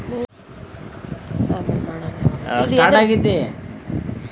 ನೇರಾವರಿಯಲ್ಲಿ ನಿರ್ವಹಣೆ ಮಾಡಲಿಕ್ಕೆ ಸರ್ಕಾರದ ಇಲಾಖೆ ಯಾವುದು?